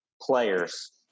players